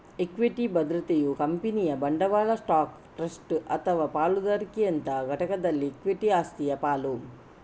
equity ಭದ್ರತೆಯು ಕಂಪನಿಯ ಬಂಡವಾಳ ಸ್ಟಾಕ್, ಟ್ರಸ್ಟ್ ಅಥವಾ ಪಾಲುದಾರಿಕೆಯಂತಹ ಘಟಕದಲ್ಲಿ ಇಕ್ವಿಟಿ ಆಸಕ್ತಿಯ ಪಾಲು